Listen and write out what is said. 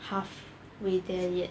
halfway there yet